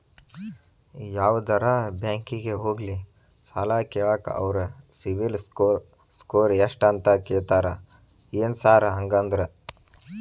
ಯಾವದರಾ ಬ್ಯಾಂಕಿಗೆ ಹೋಗ್ಲಿ ಸಾಲ ಕೇಳಾಕ ಅವ್ರ್ ಸಿಬಿಲ್ ಸ್ಕೋರ್ ಎಷ್ಟ ಅಂತಾ ಕೇಳ್ತಾರ ಏನ್ ಸಾರ್ ಹಂಗಂದ್ರ?